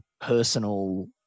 personal